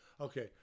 Okay